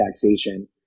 taxation